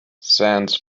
sands